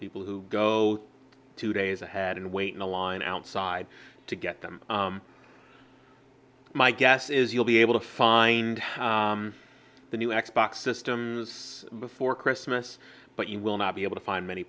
people who go two days ahead and wait in the line outside to get them my guess is you'll be able to find the new x box systems before christmas but you will not be able to find many